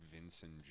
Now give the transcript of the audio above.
Vincent